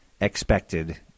expected